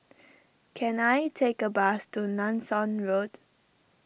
can I take a bus to Nanson Road